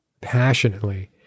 passionately